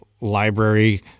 library